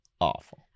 awful